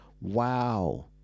wow